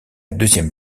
deuxième